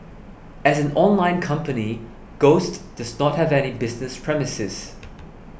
as an online company Ghost does not have any business premises